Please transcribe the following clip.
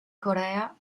corea